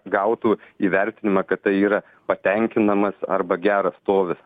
gautų įvertinimą kad tai yra patenkinamas arba geras stovis